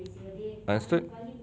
understood